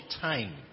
time